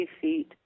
feet